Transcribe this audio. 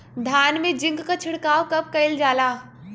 धान में जिंक क छिड़काव कब कइल जाला?